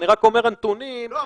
אני רק אומר: הנתונים הם --- לא,